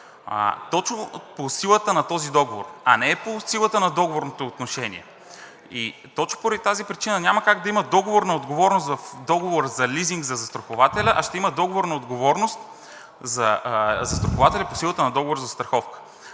точно по силата на този договор, а не е по силата на договорните отношения. Точно поради тази причина няма как да има договорна отговорност в договора за лизинг за застрахователя, а ще има договорна отговорност за застрахователя по силата на договор за застраховка.